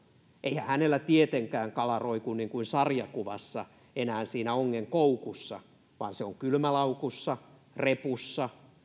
eihän hänellä tietenkään kala roiku niin kuin sarjakuvassa enää siinä ongenkoukussa vaan se on kylmälaukussa repussa